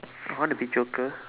I wanna be joker